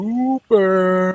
Super